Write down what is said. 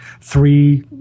three